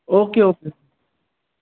okay okay